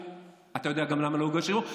אתה יודע למה לא הוגש ערעור?